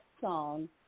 song